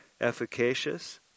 efficacious